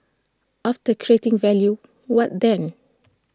after creating value what then